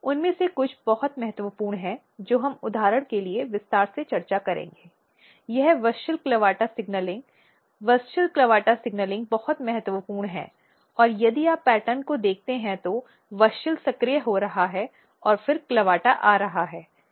उनमें से कुछ बहुत महत्वपूर्ण हैं जो हम उदाहरण के लिए विस्तार से चर्चा करेंगे यह WUSCHEL CLAVATA signaling WUSCHEL CLAVATA signaling बहुत महत्वपूर्ण है और यदि आप पैटर्न को देखते हैं तो WUSCHEL सक्रिय हो रहा है और फिर CLAVATA आ रहा है